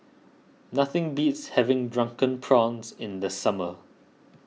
nothing beats having Drunken Prawns in the summer